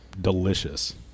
delicious